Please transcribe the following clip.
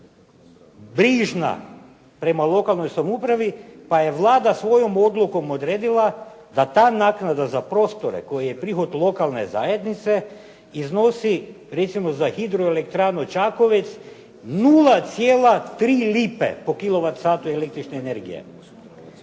brižna prema lokalnoj samoupravi pa je Vlada svojom odlukom odredila da ta naknada koja je prihod lokalne zajednice iznosi recimo za hidroelektranu „Čakovec“ iznosi 0,3 lipe po kilovat satu električne energije.